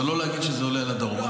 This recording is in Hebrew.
אבל לא להגיד שזה עולה על הדרום.